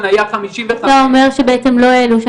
אתה אומר שבעצם לא העלו שם,